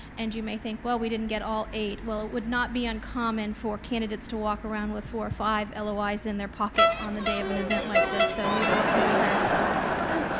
and you may think, well, we didn't get all eight. well, it would not be uncommon for candidates to walk around with four or five lois in their pocket on the day of an event like this, so we were lucky we hired the four that we have.